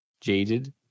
Jaded